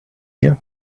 you